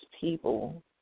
people